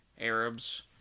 Arabs